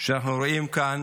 שאנחנו רואים כאן